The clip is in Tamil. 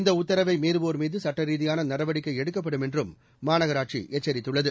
இந்த உத்தரவை மீறுவோர்மீது சுட்டரீதியான நடவடிக்கை எடுக்கப்படும் என்றும் மாநகராட்சி எச்சரித்துள்ளது